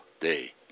day